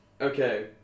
Okay